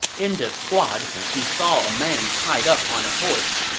in this squad, he saw a man tied up on a horse.